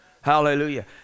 Hallelujah